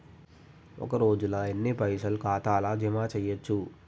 ఒక రోజుల ఎన్ని పైసల్ ఖాతా ల జమ చేయచ్చు?